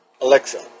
Alexa